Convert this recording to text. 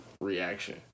reaction